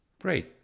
Great